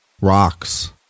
Rocks